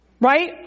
Right